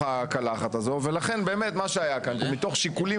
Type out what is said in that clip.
הקלחת הזו ולכן באמת מה שהיה כאן זה שמתוך שיקולים